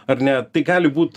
ar ne tai gali būt